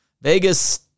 Vegas